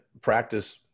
practice